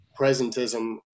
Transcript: presentism